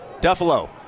Duffalo